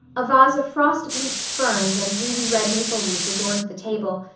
a vase of frost-bleached ferns and ruby-red maple leaves adorned the table,